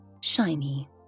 shiny